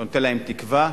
נותן להם תקווה,